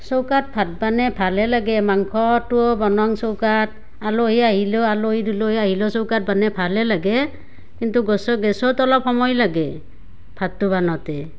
চৌকাত ভাত বানাই ভালে লাগে মাংসটো বনাং চৌকাত আলহী আহিলেও আলহী দুলহী আহিলেও চৌকাত বানেই ভালে লাগে কিন্তু গেছত অলপ সময় লাগে ভাতটো বানাওঁতে